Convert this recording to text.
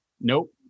nope